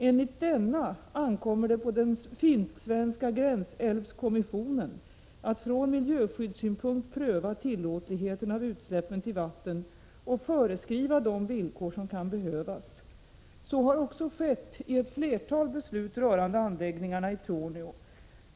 Enligt denna ankommer det på den finsk-svenska gränsälvskommissionen att från miljöskyddssynpunkt pröva tillåtligheten av utsläppen till vatten och föreskriva de villkor som kan behövas. Så har också skett i ett flertal beslut rörande anläggningarna i Torneå.